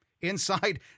inside